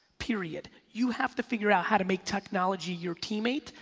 period, you have to figure out how to make technology your teammate,